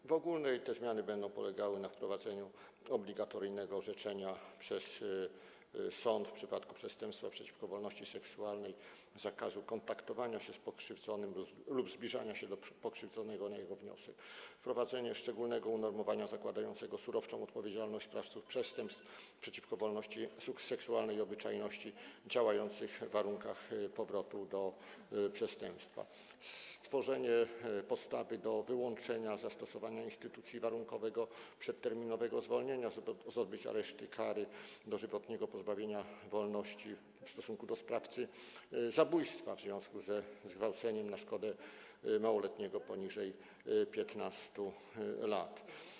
W części ogólnej te zmiany będą polegały na wprowadzeniu obligatoryjnego orzeczenia przez sąd w przypadku przestępstwa przeciwko wolności seksualnej zakazu kontaktowania się z pokrzywdzonym lub zbliżania się do pokrzywdzonego na jego wniosek, na wprowadzeniu szczególnego unormowania zakładającego surowszą odpowiedzialność sprawców przestępstw przeciwko wolności seksualnej i obyczajności działających w warunkach powrotu do przestępstwa, na stworzeniu podstawy do wyłączenia zastosowania instytucji warunkowego przedterminowego zwolnienia z odbycia reszty kary dożywotniego pozbawienia wolności w stosunku do sprawcy zabójstwa w związku ze zgwałceniem na szkodę małoletniego poniżej 15 lat.